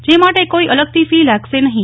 જે માટે કોઇ અલગથી ફી લાગશે નહીં